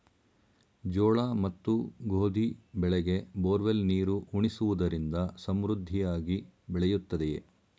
ಜೋಳ ಮತ್ತು ಗೋಧಿ ಬೆಳೆಗೆ ಬೋರ್ವೆಲ್ ನೀರು ಉಣಿಸುವುದರಿಂದ ಸಮೃದ್ಧಿಯಾಗಿ ಬೆಳೆಯುತ್ತದೆಯೇ?